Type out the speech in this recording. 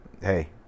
hey